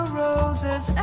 roses